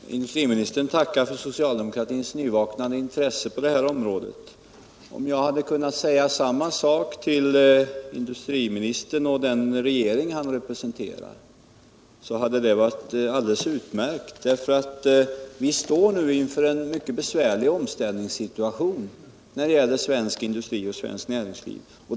Herr talman! Industriministern tackar för socialdemokratins nyvaknade intresse på det här området. Om jag ändå hade kunnat säga samma sak till industriministern och den regering han representerar, hade det varit alldeles utmärkt! Vi står nu inför en mycket besvärlig omställning i svensk industri och svenskt näringsliv.